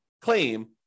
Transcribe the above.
claim